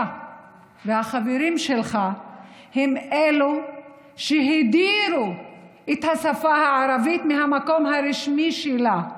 אתה והחברים שלך הם אלו שהדירו את השפה הערבית מהמקום הרשמי שלה,